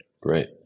great